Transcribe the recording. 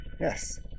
Yes